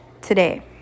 today